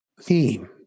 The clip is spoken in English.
theme